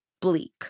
Bleak